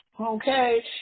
Okay